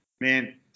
man